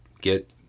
get